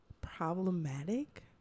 Problematic